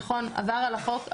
שנכון עבר על החוק,